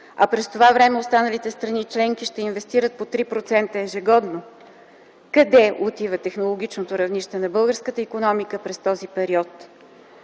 А през това време останалите страни членки ще инвестират по 3% ежегодно. Къде отива технологичното равнище на българската икономика през този период?